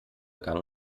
gang